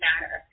matter